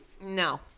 No